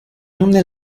une